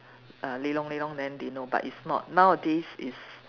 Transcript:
err lelong lelong then they know but it's not nowadays is